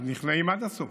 נכנעים עד הסוף.